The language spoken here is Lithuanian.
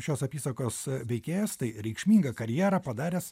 šios apysakos veikėjas tai reikšmingą karjerą padaręs